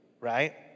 right